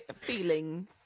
feeling